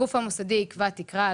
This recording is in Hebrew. הגוף המוסדי יקבע תקרה,